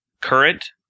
current